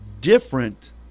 different